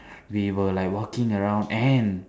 we were like walking around and